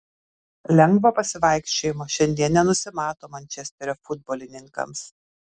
lengvo pasivaikščiojimo šiandien nenusimato mančesterio futbolininkams